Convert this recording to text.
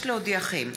לדיון מוקדם,